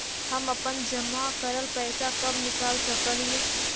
हम अपन जमा करल पैसा कब निकाल सक हिय?